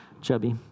chubby